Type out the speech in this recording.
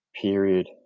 period